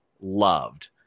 loved